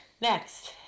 next